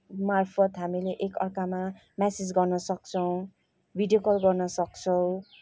मार्फत हामीले एक अर्कामा मेसेज गर्न सक्छौँ भिडियो कल गर्न सक्छौँ